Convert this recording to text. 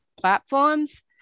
platforms